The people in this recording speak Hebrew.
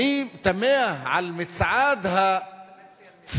אני תמה על מצעד הצביעות